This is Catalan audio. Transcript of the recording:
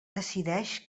decideix